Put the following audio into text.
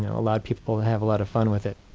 know, a lot of people have a lot of fun with it.